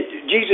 Jesus